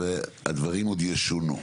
והדברים עוד ישונו.